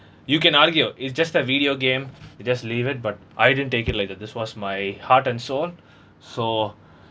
you can argue it's just a video game you just leave it but I didn't take it like that this was my heart and soul so